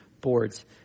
boards